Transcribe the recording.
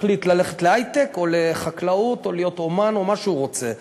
שיחליט ללכת להיי-טק או לחקלאות או להיות אמן או מה שהוא רוצה,